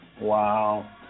Wow